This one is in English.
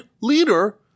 leader